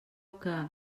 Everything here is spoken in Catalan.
que